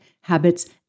habits